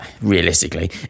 realistically